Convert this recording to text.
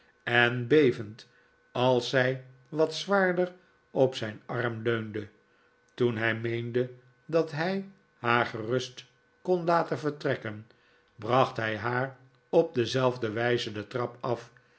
en bevend als zij wat zwaarder op zijn arm leunde toen hij meende dat hij haar gerust kon laten vertrekken bracht hij haar op dezelfde wijze de trap af